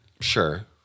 Sure